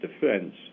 defense